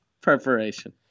preparation